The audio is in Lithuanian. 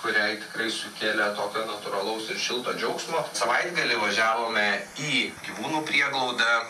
kuriai tikrai sukėlė tokio natūralaus ir šilto džiaugsmo savaitgalį važiavome į gyvūnų prieglaudą